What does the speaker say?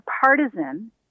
partisan